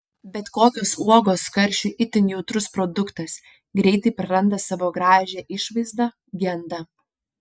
bet kokios uogos karščiui itin jautrus produktas greitai praranda savo gražią išvaizdą genda